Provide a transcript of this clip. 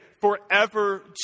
forever